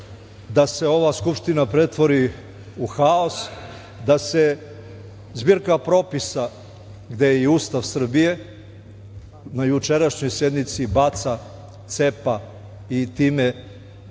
da se ova Skupština pretvori u haos, da se zbirka propisa, gde je i Ustav Srbije, na jučerašnjoj sednici baca, cepa i time